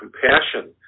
compassion